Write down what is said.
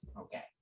Okay